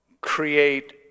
create